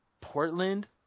Portland